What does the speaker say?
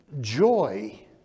joy